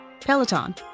Peloton